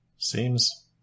Seems